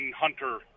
Hunter